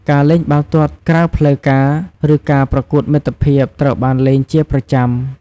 ការលេងបាល់ទាត់ក្រៅផ្លូវការ ឬការប្រកួតមិត្តភាពត្រូវបានលេងជាប្រចាំ។